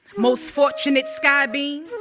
most fortunate sky beam,